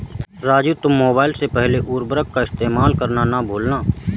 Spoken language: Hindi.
राजू तुम मोबाइल से पहले उर्वरक का इस्तेमाल करना ना भूलना